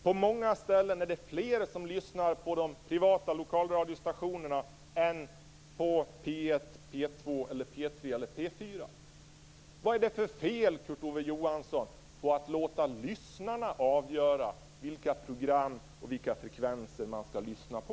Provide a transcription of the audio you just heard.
På många ställen är det fler som lyssnar på de privata lokalradiostationerna än på P 1, P 2, P 3 eller P 4. Vad är det för fel i, Kurt Ove Johansson, att låta lyssnarna avgöra vilka program och vilka frekvenser de skall lyssna på?